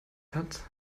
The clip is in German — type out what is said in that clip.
hat